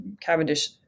Cavendish